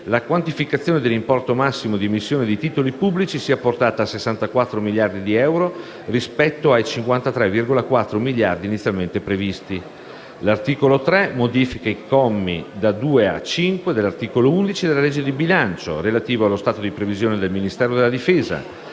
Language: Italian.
la quantificazione dell'importo massimo di emissione di titoli pubblici sia portata a 64 miliardi di euro rispetto ai 53,4 miliardi inizialmente previsti. L'articolo 3 modifica i commi da 2 a 5 dell'articolo 11 della legge di bilancio per il 2016, relativo allo stato di previsione del Ministero della difesa,